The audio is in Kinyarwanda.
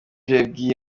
yabwiye